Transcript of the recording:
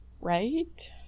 right